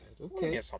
Okay